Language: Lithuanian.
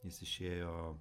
jis išėjo